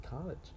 college